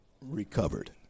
recovered